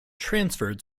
transferred